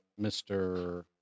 Mr